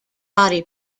body